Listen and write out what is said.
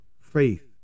faith